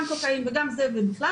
גם קוקאין ובכלל.